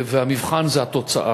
והמבחן הוא בתוצאה.